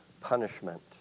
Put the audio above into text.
punishment